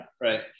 right